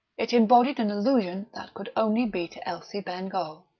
it embodied an allusion that could only be to elsie bengough.